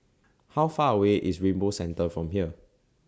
How Far away IS Rainbow Centre from here